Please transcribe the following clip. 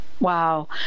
Wow